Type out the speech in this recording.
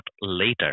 later